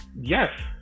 Yes